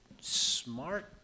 smart